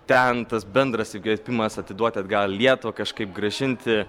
ten tas bendras įkvėpimas atiduoti atgal į lietuvą kažkaip grąžinti